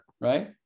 right